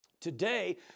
today